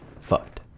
fucked